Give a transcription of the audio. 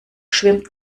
schwimmt